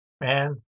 man